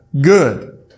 good